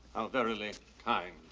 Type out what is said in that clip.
verily kind.